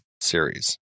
series